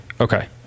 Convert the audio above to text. Okay